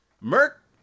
Merc